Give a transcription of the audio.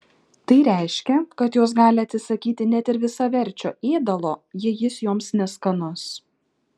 tai reiškia kad jos gali atsisakyti net ir visaverčio ėdalo jei jis joms neskanus